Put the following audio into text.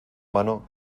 mano